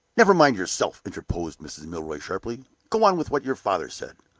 never mind yourself, interposed mrs. milroy, sharply. go on with what your father said.